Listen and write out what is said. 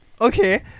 Okay